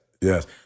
yes